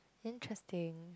interesting